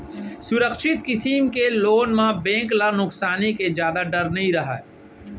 सुरक्छित किसम के लोन म बेंक ल नुकसानी के जादा डर नइ रहय